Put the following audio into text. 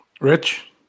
Rich